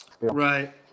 Right